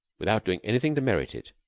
without doing anything to merit it,